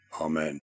Amen